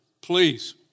Please